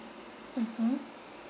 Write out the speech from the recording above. mmhmm